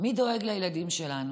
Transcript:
מי דואג לילדים שלנו.